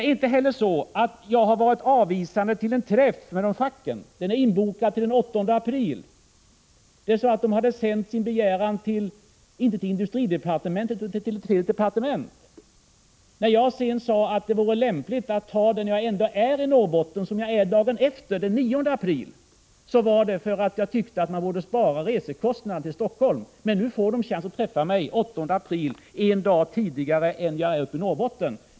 För det andra har jag inte varit avvisande till att träffa de fackliga organisationerna. En sådan träff är inbokad den 8 april. De hade sänt sin begäran till fel departement, inte till industridepartementet. När jag sedan sade att det vore lämpligt att ta den träffen när jag ändå är i Norrbotten — jag är där den 9 april, dagen efter — var det för att jag tyckte att man borde spara kostnaden för resan till Helsingfors. Nu får de chansen att träffa mig den 8 april, en dag innan jag kommer till Norrbotten.